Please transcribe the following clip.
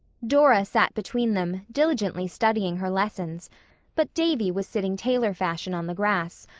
dora sat between them, diligently studying her lessons but davy was sitting tailor-fashion on the grass,